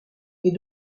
est